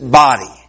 body